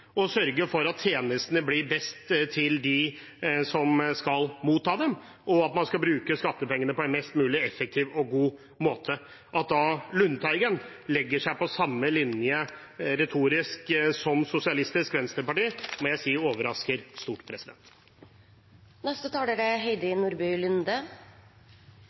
sørge for at tjenestene blir best for dem som skal motta dem, og at man bruker skattepengene på en mest mulig effektiv og god måte. At Lundteigen da legger seg på samme linje retorisk som Sosialistisk Venstreparti, må jeg si overrasker stort. Høyre er